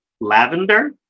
lavender